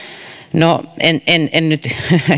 no en en nyt